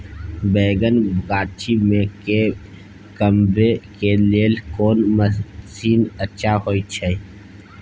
बैंगन गाछी में के कमबै के लेल कोन मसीन अच्छा होय छै?